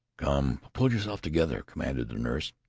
come! pull yourself together, commanded the nurse.